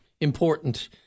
important